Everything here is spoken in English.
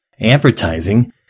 advertising